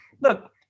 look